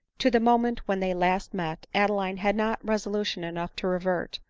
to the moment when they last met, adeline had not resolution enough to revert,